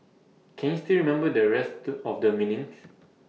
can you still remember the rest of the meanings